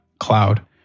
Cloud